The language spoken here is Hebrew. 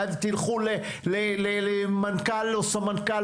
תלכו למנכ"ל או לסמנכ"ל,